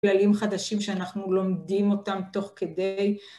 ‫כללים חדשים שאנחנו לומדים אותם ‫תוך כדי...